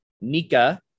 Nika